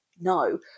no